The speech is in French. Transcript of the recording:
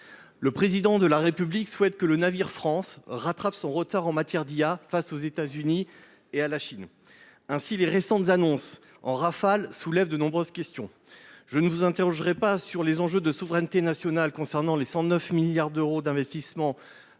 Le Président de la République souhaite que le navire France rattrape son retard en matière d’IA face aux États Unis et à la Chine. Les récentes annonces en rafale suscitent de nombreuses questions. Je ne vous interrogerai pas sur les enjeux de souveraineté nationale que soulève l’annonce de 109 milliards d’euros d’investissements